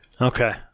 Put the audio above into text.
Okay